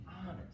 honest